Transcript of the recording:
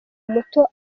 muto